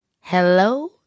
Hello